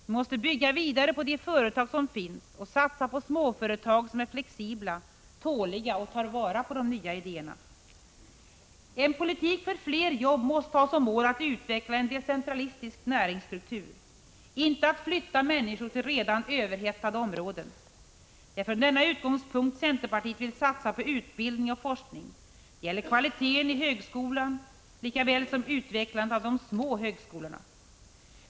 Vi måste bygga vidare på de företag som finns och satsa på småföretag som är flexibla, tåliga och tar vara på nya idéer. En politik för fler jobb måste ha som mål att utveckla en decentralistisk näringsstruktur, inte att flytta människor till redan överhettade områden. Det är från denna utgångspunkt centerpartiet vill satsa på utbildning och forskning. Det gäller såväl kvaliteten i högskolan som utvecklandet av de små högskolorna.